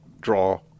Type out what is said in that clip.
draw